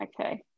Okay